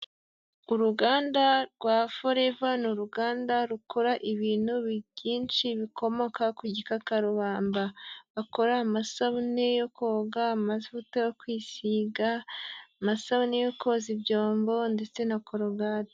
Uruganda rwa Foreva ni uruganda rukora ibintu byinshi bikomoka ku gikakarubamba, bakora amasabune yo koga, amavuta yo kwisiga, amasabune yo koza ibyombo ndetse na korogati.